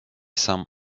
some